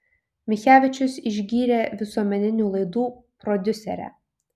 michevičius išgyrė visuomeninių laidų prodiuserę